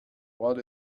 what